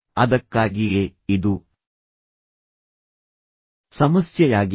ಅದಕ್ಕಾಗಿಯೇ ಇದು ಸಮಸ್ಯೆಯಾಗಿದೆ